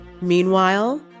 Meanwhile